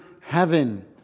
heaven